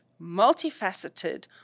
multifaceted